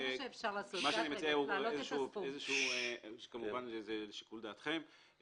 וזה כמובן לשיקול דעתכם,